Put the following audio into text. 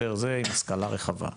עם השכלה רחבה.